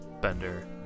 bender